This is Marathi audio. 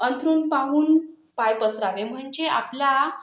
अंथरूण पाहून पाय पसरावे म्हणजे आपला